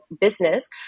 business